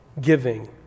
giving